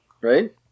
right